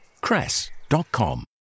cress.com